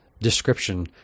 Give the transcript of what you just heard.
description